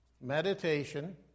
Meditation